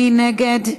מי נגד?